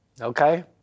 Okay